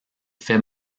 fait